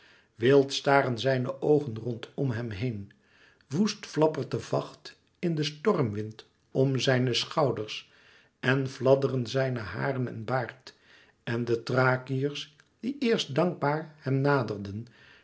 wild staren zijne oogen rondom hem heen woest flappert de vacht in den stormwind om zijne schouders en fladderen zijne haren en baard en de thrakiërs die eerst dankbaar hem naderden